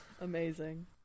Amazing